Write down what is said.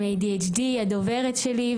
עם ADHD הדוברת שלי,